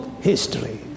history